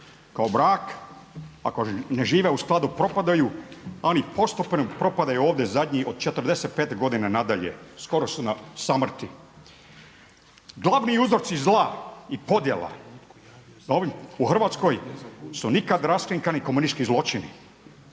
kao brak, ako ne žive u skladu propadaju, oni postupno propadaju ovdje zadnji od 45 godina nadalje, skoro su na samrti. Glavni uzroci zla i podjela u Hrvatskoj su nikada raskrinkani komunistički zločini.